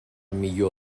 millor